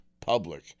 public